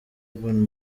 urban